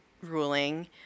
ruling